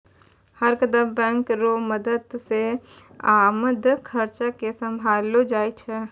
हरदम बैंक रो मदद से आमद खर्चा के सम्हारलो जाय छै